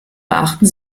beachten